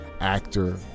actor